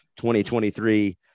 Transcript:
2023